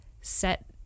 set